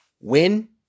win